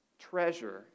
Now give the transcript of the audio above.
treasure